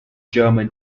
german